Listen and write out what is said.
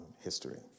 history